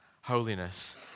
holiness